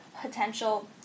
potential